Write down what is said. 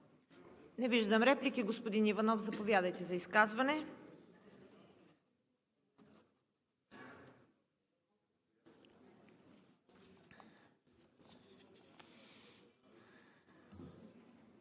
Не виждам. Господин Иванов, заповядайте за изказване.